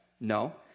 No